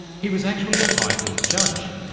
he was actually a high court judge,